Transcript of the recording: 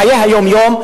בחיי היום-יום,